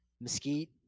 Mesquite